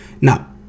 Now